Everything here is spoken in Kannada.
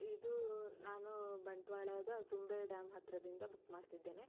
ಇದು ನಾನು ಬಂಟ್ವಾಳದ ತುಂಬೆ ಡ್ಯಾಮ್ ಹತ್ತಿರದಿಂದ ಬುಕ್ ಮಾಡ್ತಿದ್ದೇನೆ